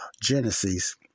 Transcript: Genesis